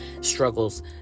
struggles